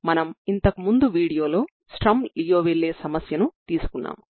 separation of variables పద్ధతిని ఉపయోగించి వీటి పరిష్కారాన్ని ఎలా కనుగొనాలో మనం చూశాము